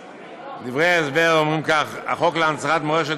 דברי ההסבר אומרים כך: החוק להנצחת מורשת